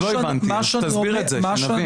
אז לא הבנתי, תסביר את זה, שאני אבין.